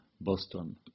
Boston